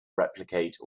replicate